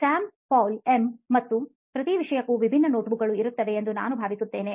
ಶ್ಯಾಮ್ ಪಾಲ್ ಎಂಮತ್ತು ಪ್ರತಿ ವಿಷಯಕ್ಕೂ ವಿಭಿನ್ನ ನೋಟ್ಬುಕ್ ಗಳು ಇರುತ್ತವೆ ಎಂದು ನಾನು ಭಾವಿಸುತ್ತೇನೆ